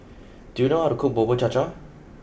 do you know how to cook Bubur Cha Cha